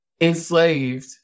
enslaved